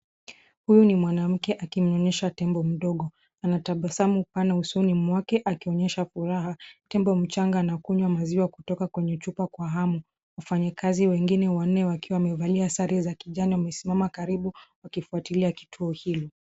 Huyu ni mwanamke akimnyonyesha Tembo mdogo anatabasamu pana usoni mwake akionyesha furaha. Tembo mchanga anakunywa maziwa kutoka kwenye chupa kwa hamu , wafanyakazi wengine wanne wakiwa wamevalia sare za kijani wamesimama karibu wakifuatilia tukio hilo.